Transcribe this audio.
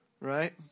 Right